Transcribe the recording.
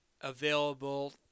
available